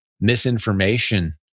misinformation